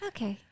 Okay